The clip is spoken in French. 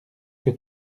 que